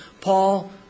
Paul